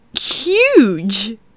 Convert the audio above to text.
huge